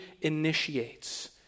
initiates